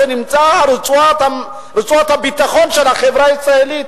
שנמצא ברצועת הביטחון של החברה הישראלית,